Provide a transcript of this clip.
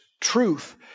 Truth